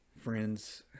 friends